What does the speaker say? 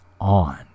on